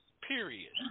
period